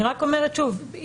אני רק אומרת שוב,